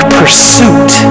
pursuit